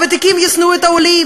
הוותיקים ישנאו את העולים,